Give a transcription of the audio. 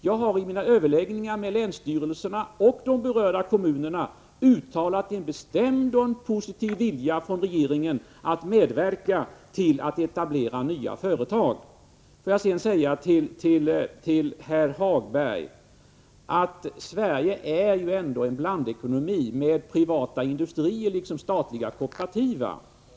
Jag har vid mina överläggningar med länsstyrelserna och de berörda kommunerna från regeringens sida uttalat en bestämd och positiv vilja att medverka till att etablera nya företag. Jag vill sedan säga till herr Hagberg att Sverige ändå är en blandekonomi med privata industrier, liksom statliga och kooperativa.